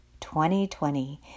2020